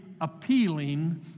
appealing